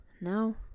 No